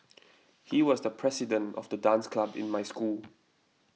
he was the president of the dance club in my school